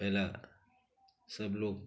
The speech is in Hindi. पहला सब लोग